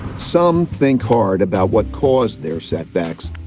some think hard about what caused their setbacks,